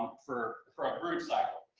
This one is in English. for for a brood cycle.